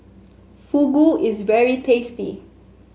Fugu is very tasty